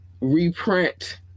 reprint